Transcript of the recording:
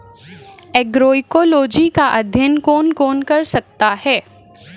Agroecology का अध्ययन कौन कौन कर सकता है?